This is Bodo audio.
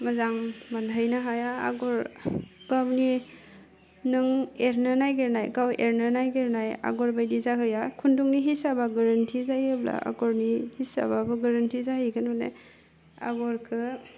मोजां मोनहैनो हाया आगर गावनि नों एरनो नागिरनाय गाव एरनो नागिरनाय आगर बायदि जाहैआ खुन्दुंनि हिसाबा गोरोन्थि जायोब्ला आगरनि हिसाबाबो गोरोन्थि जाहैगोन मानि आगरखो